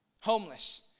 Homeless